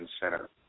Center